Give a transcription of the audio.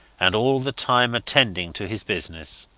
and all the time attending to his business.